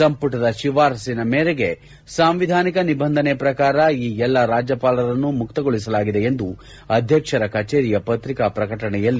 ಸಂಪುಟದ ಶಿಫಾರಸಿನ ಮೇಲೆ ಸಾಂವಿಧಾನಿಕ ನಿಬಂಧನೆ ಪ್ರಕಾರ ಈ ಎಲ್ಲಾ ರಾಜ್ಯಪಾಲರನ್ನು ಮುಕ್ತಗೊಳಿಸಲಾಗಿದೆ ಎಂದು ಅಧ್ಯಕ್ಷರ ಕಚೇರಿಯ ಪತ್ರಿಕಾ ಪ್ರಕಟಣೆಯಲ್ಲಿ ತಿಳಿಸಲಾಗಿದೆ